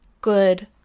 good